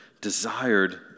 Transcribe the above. desired